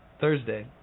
Thursday